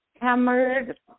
hammered